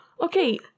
Okay